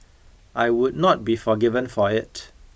I would not be forgiven for it